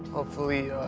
hopefully,